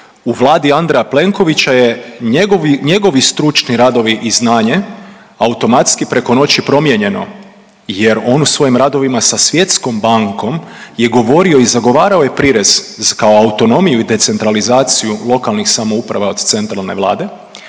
u Vladi Andreja Plenkovića je njegovi stručni radovi i znanje automatski preko noći promijenjeno jer on u svojim radovima sa Svjetskom bankom je govorio i zagovarao je prirez kao autonomiju i decentralizaciju lokalnih samouprava od centralne vlade